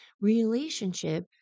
relationship